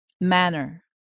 manner